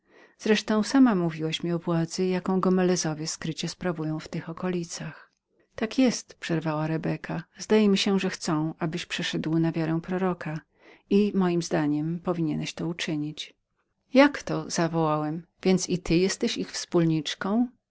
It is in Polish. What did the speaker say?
wreszcie sama mówiłaś mi o władzy jaką gomelezowie skrycie wywierają w tych okolicach tak jest przerwała rebeka zdaje mi się że chcą abyś przeszedł na wiarę proroka i mojem zdaniem powinienbyś to uczynić jak to zawołałem i ty więc